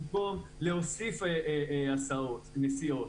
במקום להוסיף נסיעות,